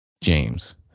James